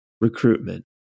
recruitment